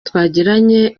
twagiranye